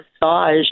massage